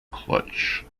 clutch